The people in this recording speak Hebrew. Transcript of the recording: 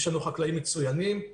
יש לנו חקלאים מצוינים.